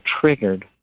triggered